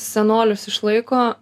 senolius išlaiko